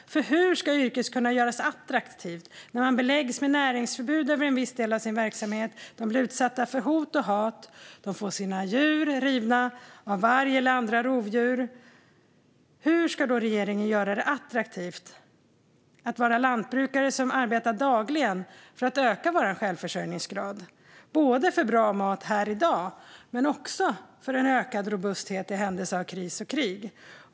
Hur ska yrket kunna göras attraktivt när man beläggs med näringsförbud för en viss del av sin verksamhet, när man blir utsatt för hot och hat och när man får sina djur rivna av varg och andra rovdjur? Hur ska regeringen göra det attraktivt att vara lantbrukare? De arbetar dagligen för att öka vår självförsörjningsgrad, för att vi ska ha bra mat här i dag men också för en ökad robusthet i händelse av kris och krig.